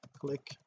click